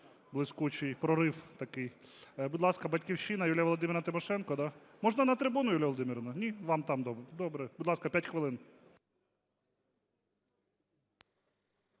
Будь ласка, "Батьківщина". Юлія Володимирівна Тимошенко, да? Можна на трибуну, Юлія Володимирівна. Ні? Вам там добре. Добре. Будь ласка, п'ять хвилин.